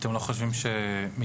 אתם לא חושבים שמתאמנים,